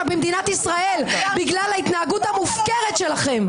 במדינת ישראל בגלל ההתנהגות המופקרת שלכם.